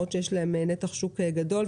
חברות הוט ויס למרות שיש להן נתח שוק גדול.